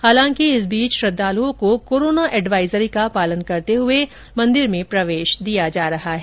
हालांकि इस बीच श्रद्वालुओं को कोरोना एडवाजरी का पालन करते हुए मंदिर में प्रवेश दिया जा रहा है